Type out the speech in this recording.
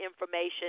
information